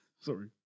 Sorry